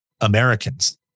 Americans